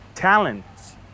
talents